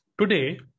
today